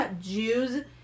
Jews